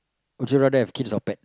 would you rather have kids or pet